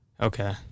Okay